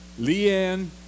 Leanne